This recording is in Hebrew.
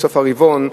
בסוף הרבעון,